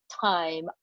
time